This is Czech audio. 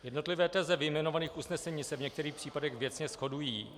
Jednotlivé teze vyjmenovaných usnesení se v některých případech věcně shodují.